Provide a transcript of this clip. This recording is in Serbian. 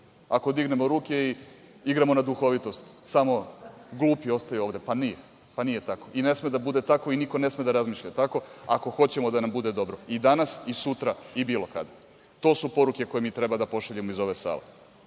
ako dignemo ruke i igramo na duhovitost – samo glupi ostaju ovde. Nije tako i ne sme da bude tako i niko ne sme da razmišlja tako, ako hoćemo da nam bude dobro i danas, i sutra, i bilo kada. To su poruke koje mi treba da pošaljemo iz ove sale.